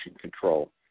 control